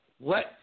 Let